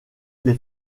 les